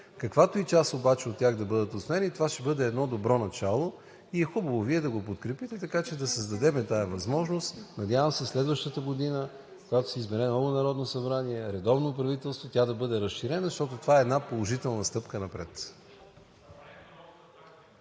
Каквато и част обаче от тях да бъдат усвоени, това ще бъде едно добро начало и е хубаво Вие да го подкрепите, така че да създадем тази възможност. Надявам се следващата година, когато се избере ново Народно събрание, редовно правителство, тя да бъде разширена, защото това е една положителна стъпка напред.